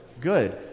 good